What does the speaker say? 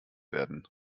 werden